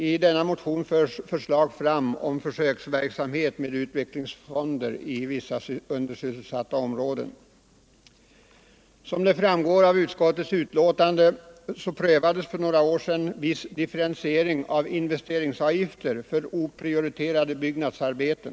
I mo — i tionen framförs förslag om försöksverksamhet med utvecklingsfonder i un Regionalpolitiska dersysselsatta områden. åtgärder vid Som framgår av utskottets betänkande prövades för några år sedan viss beskattningen, differentiering av investeringsavgifterna för oprioriterade byggnadsarbeten.